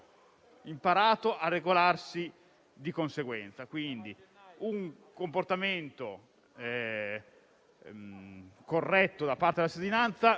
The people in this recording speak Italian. imparato a regolarsi di conseguenza. Quindi un comportamento corretto da parte della cittadinanza